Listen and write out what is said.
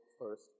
first